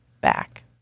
back